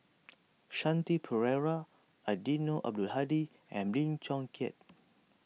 Shanti Pereira Eddino Abdul Hadi and Lim Chong Keat